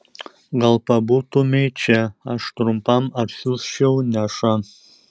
gal pabūtumei čia aš trumpam atsiųsčiau nešą